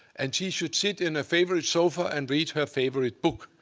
and she should sit in a favorite sofa and read her favorite book.